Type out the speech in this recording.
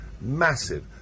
Massive